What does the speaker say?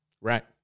right